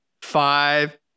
five